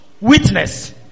witness